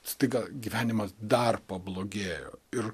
staiga gyvenimas dar pablogėjo ir